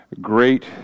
Great